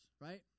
right